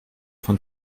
von